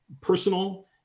personal